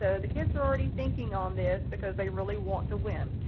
so the kids are already thinking on this because they really want to win.